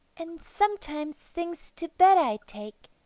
and sometimes things to bed i take,